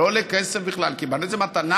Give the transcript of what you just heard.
זה לא עולה כסף בכלל, קיבלנו את זה במתנה.